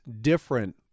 different